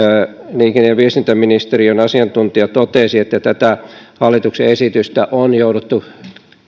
liikenne ja viestintäministeriön asiantuntija totesi että tätä hallituksen esitystä on jouduttu